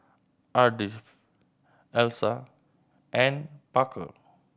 Ardith Elsa and Parker